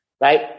right